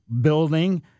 building